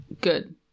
Good